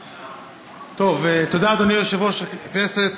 תודה, אדוני יושב-ראש הכנסת,